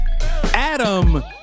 Adam